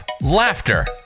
laughter